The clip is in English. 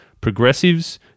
progressives